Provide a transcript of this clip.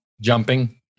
Jumping